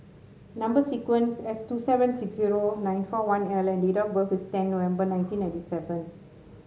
number sequence S two seven six zero nine four one L and date of birth is ten November nineteen ninety seven